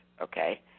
okay